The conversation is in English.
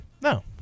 No